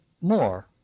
more